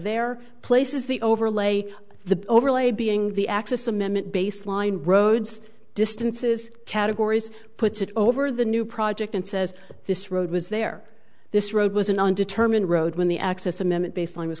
there places the overlay the overlay being the access amendment baseline roads distances categories puts it over the new project and says this road was there this road was an undetermined road when the access amendment baseline was